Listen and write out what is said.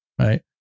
right